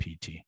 PT